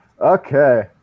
Okay